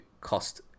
cost